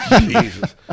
Jesus